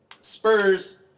Spurs